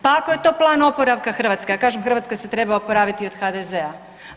Pa ako je to plan oporavka Hrvatske, ja kažem Hrvatska se treba oporaviti i od HDZ-a.